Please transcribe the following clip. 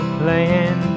playing